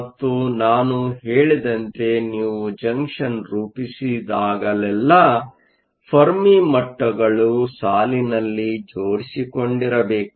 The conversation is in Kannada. ಮತ್ತು ನಾನು ಹೇಳಿದಂತೆ ನೀವು ಜಂಕ್ಷನ್ ರೂಪಿಸಿದಾಗಲೆಲ್ಲಾ ಫೆರ್ಮಿ ಮಟ್ಟಗಳು ಸಾಲಿನಲ್ಲಿ ಜೋಡಿಸಿಕೊಂಡಿರಬೇಕು